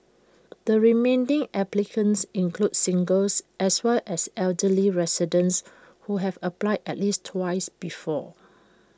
the remaining applicants include singles as well as elderly residents who have applied at least twice before